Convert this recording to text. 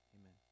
amen